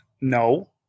No